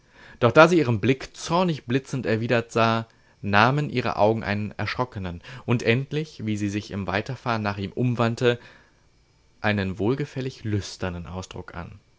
doch da sie ihren blick zornig blitzend erwidert sah nahmen ihre augen einen erschrockenen und endlich wie sie sich im weiterfahren nach ihm umwandte einen wohlgefällig lüsternen ausdruck an